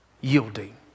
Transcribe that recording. Yielding